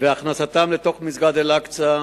והכנסתם לתוך מסגד אל-אקצא.